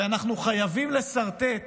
ואנחנו חייבים לסרטט